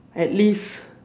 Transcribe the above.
at least